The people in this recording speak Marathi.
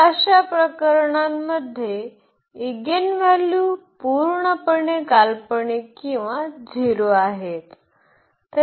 तर अशा प्रकरणांमध्ये ईगेनव्हल्यूज पूर्णपणे काल्पनिक किंवा 0 आहेत